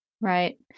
Right